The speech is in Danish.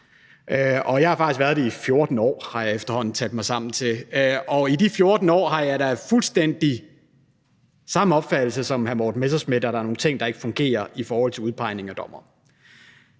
og jeg har faktisk været det i 14 år, har jeg efterhånden talt mig sammen til, og i de 14 år har jeg da haft fuldstændig den samme opfattelse som hr. Morten Messerschmidt om, at der er nogle ting, der ikke fungerer i forhold til udpegningen af dommere.